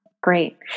Great